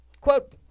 Quote